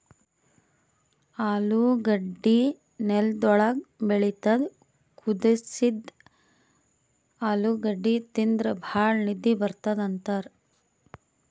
ಆಲೂಗಡ್ಡಿ ನೆಲ್ದ್ ಒಳ್ಗ್ ಬೆಳಿತದ್ ಕುದಸಿದ್ದ್ ಆಲೂಗಡ್ಡಿ ತಿಂದ್ರ್ ಭಾಳ್ ನಿದ್ದಿ ಬರ್ತದ್ ಅಂತಾರ್